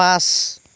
পাঁচ